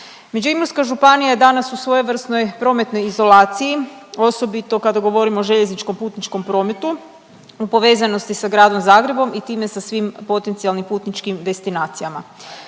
Međimurska županija je danas u svojevrsnoj prometnoj izolaciji osobito kada govorimo o željezničkom putničkom prometu, u povezanosti sa gradom Zagrebom i time sa svim potencijalnim putničkim destinacijama.